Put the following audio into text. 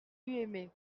aimé